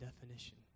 definition